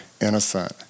innocent